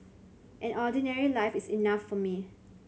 an ordinary life is enough for me